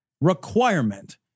requirement